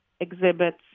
exhibits